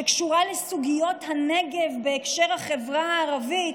שקשורה לסוגיות הנגב בהקשר של החברה הערבית,